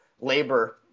labor